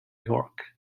york